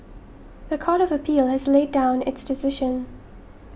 the Court of Appeal has laid down its decision